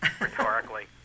rhetorically